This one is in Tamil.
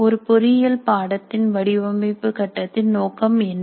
ஒரு பொறியியல் பாடத்தின் வடிவமைப்பு கட்டத்தின் நோக்கம் என்ன